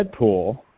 Deadpool